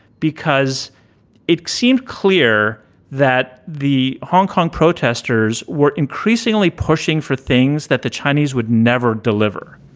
because it seemed clear that the hong kong protesters were increasingly pushing for things that the chinese would never deliver.